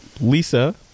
Lisa